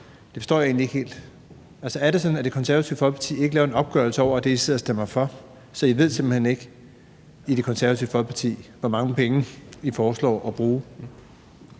Det forstår jeg egentlig ikke helt. Er det sådan, at Det Konservative Folkeparti ikke laver en opgørelse over det, I stemmer for, så I simpelt hen ikke ved, hvor mange penge I foreslår at bruge?